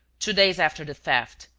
two days after the theft,